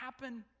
happen